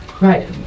Right